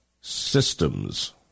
systems